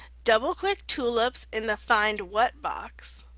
double click tulips in the find what box,